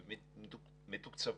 ומתוקצבים,